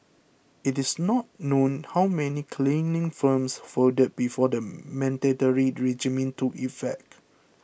it is not known how many cleaning firms folded before the mandatory regime took effect